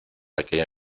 aquella